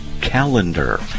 calendar